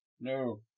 No